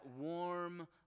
warm